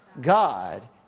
God